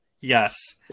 Yes